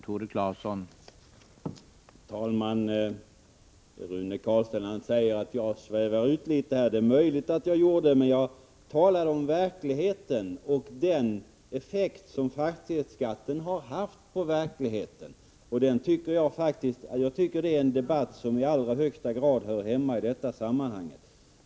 Herr talman! Rune Carlstein sade att jag svävade ut litet grand, och det är möjligt att jag gjorde det. Men jag talade om verkligheten och den effekt som fastighetsskatten har haft på den. Det är, tycker jag, en debatt som i allra högsta grad hör hemma i sammanhanget.